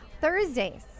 Thursdays